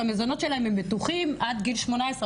שהמזונות שלהם הם בטוחים עד גיל 18,